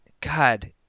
God